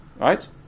Right